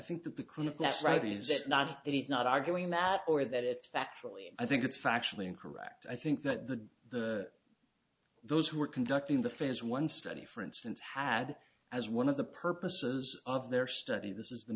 clinic that's right is it not that is not arguing that or that it's factually i think it's factually incorrect i think that the the those who are conducting the phase one study for instance had as one of the purposes of their study this is the